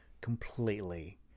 completely